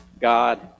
God